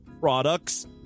products